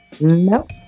Nope